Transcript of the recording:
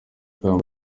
kamba